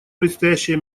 предстоящие